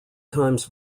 times